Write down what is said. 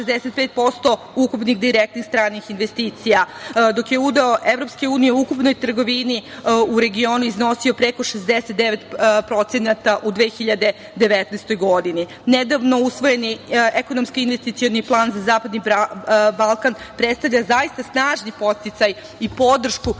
65% ukupnih direktnih stranih investicija, dok je udeo Evropske unije u ukupnoj trgovini u regionu iznosio preko 69% u 2019. godini. Nedavno usvojeni Ekonomski investicioni plan za zapadni Balkan predstavlja zaista snažni podsticaj i podršku